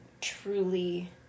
truly